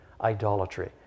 idolatry